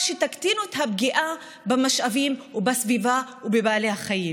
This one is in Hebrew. שתקטינו את הפגיעה במשאבים ובסביבה ובבעלי החיים.